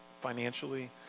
financially